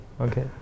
okay